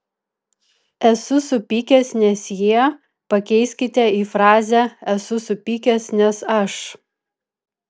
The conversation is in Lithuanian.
esu supykęs nes jie pakeiskite į frazę esu supykęs nes aš